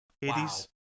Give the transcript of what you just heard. Hades